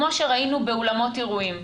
כמו שראינו באולמות אירועים,